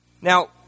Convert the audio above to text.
Now